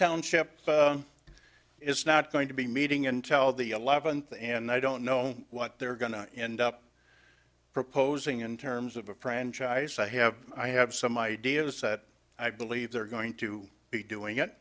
township is not going to be meeting and tell the eleventh and i don't know what they're going to end up proposing in terms of a franchise i have i have some ideas i believe they're going to be doing it